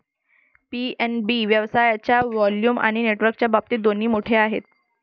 PNB व्यवसायाच्या volume आणि नेटवर्कच्या बाबतीत दोन्ही मोठे आहे